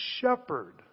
shepherd